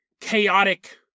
chaotic